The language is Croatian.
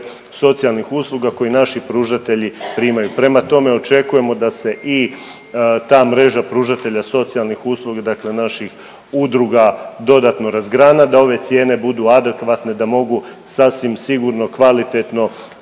socijalnih usluga koje naši pružatelji primaju. Prema tome očekujemo da se i ta mreža pružatelja socijalnih usluga dakle naših udruga dodatno razgrana, da ove cijene budu adekvatne, da mogu sasvim sigurno, kvalitetno